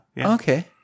Okay